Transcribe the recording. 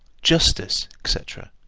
justice, etc.